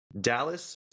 Dallas